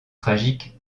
tragique